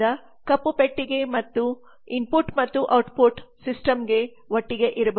ಆದ್ದರಿಂದ ಕಪ್ಪು ಪೆಟ್ಟಿಗೆ ಮತ್ತು ಇನ್ಪುಟ್ ಮತ್ತು ಔಟ್ಟ್ಪುಟ್ ಸಿಸ್ಟಮ್ಗೆ ಒಟ್ಟಿಗೆ ಇರಬಹುದು